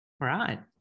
right